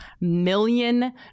million